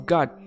God